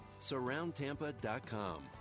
Surroundtampa.com